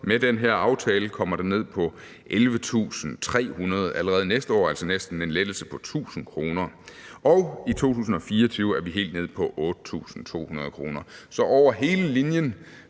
med den her aftale kommer den ned på 11.300 kr. allerede næste år – altså næsten en lettelse på 1.000 kr. Og i 2024 er vi helt nede på 8.200 kr. Så over hele linjen